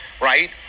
right